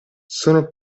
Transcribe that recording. sono